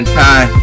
time